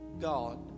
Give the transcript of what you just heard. God